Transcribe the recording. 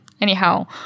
anyhow